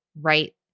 right